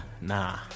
nah